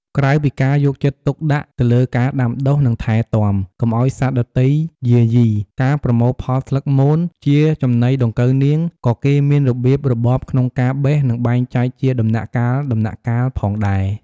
ក្រៅពីការយកចិត្តទុកដាក់ទៅលើការដាំដុះ និងថែទាំ កុំឱ្យសត្វដទៃយាយី ការប្រមូលផលស្លឹកមន ជាចំណីដង្កូវនាង ក៏គេមានរបៀបរបបក្នុងការបេះ និងបែងចែកជាដំណាក់កាលៗផងដែរ។